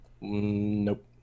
Nope